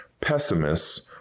pessimists